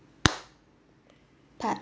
part